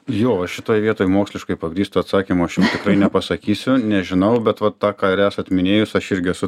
jo šitoj vietoj moksliškai pagrįsto atsakymo aš tikrai nepasakysiu nežinau bet va tą ką ir esat minėjusi aš irgi esu